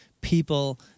people